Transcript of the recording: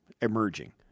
emerging